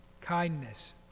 kindness